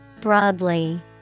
Broadly